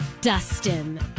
Dustin